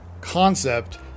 concept